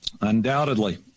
undoubtedly